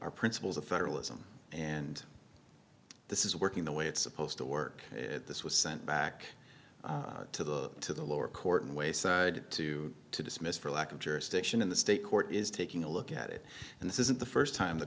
are principles of federalism and this is working the way it's supposed to work this was sent back to the to the lower court in wayside to to dismiss for lack of jurisdiction in the state court is taking a look at it and this isn't the st time the